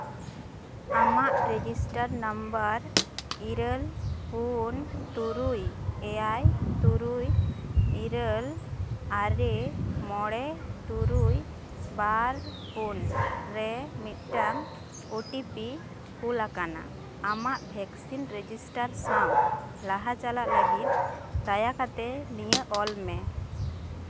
ᱟᱢᱟᱜ register number ᱤᱨᱟᱹᱞ ᱯᱩᱱ ᱛᱩᱨᱩᱭ ᱮᱭᱟᱭ ᱛᱩᱨᱩᱭ ᱤᱨᱟᱹᱞ ᱟᱨᱮ ᱢᱚᱬᱮ ᱛᱩᱨᱩᱭ ᱵᱟᱨ ᱯᱩᱱ ᱨᱮ ᱢᱤᱫᱴᱟᱝ ᱳᱴᱤ ᱯᱤ ᱠᱩᱞ ᱟᱠᱟᱱᱟ ᱟᱢᱟᱜ ᱵᱷᱮᱠᱥᱤᱱ ᱨᱮᱡᱤᱥᱴᱟᱨ ᱥᱟᱶ ᱞᱟᱦᱟ ᱪᱟᱞᱟᱜ ᱞᱟᱹᱜᱤᱫ ᱫᱟᱭᱟ ᱠᱟᱛᱮᱫ ᱱᱤᱭᱟᱹ ᱚᱞ ᱢᱮ